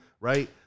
right